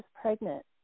pregnant